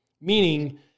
Meaning